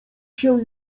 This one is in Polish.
się